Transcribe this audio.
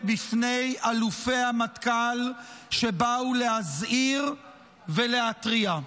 בפני אלופי המטכ"ל שבאו להזהיר ולהתריע.